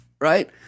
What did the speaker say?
Right